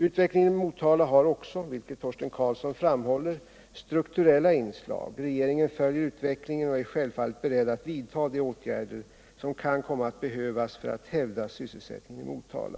Utvecklingen i Motala har också — vilket Torsten Karlsson framhåller — strukturella inslag. Regeringen följer utvecklingen och är självfallet beredd Nr 159 att vidta de åtgärder som kan komma att behövas för att hävda sysselsättningen i Motala.